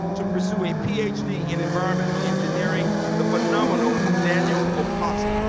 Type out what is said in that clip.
to pursue a ph d. in environmental engineering. the phenomenal daniel ocasi.